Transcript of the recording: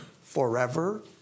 forever